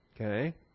Okay